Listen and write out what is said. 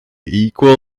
equal